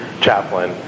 chaplain